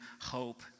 hope